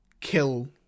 kill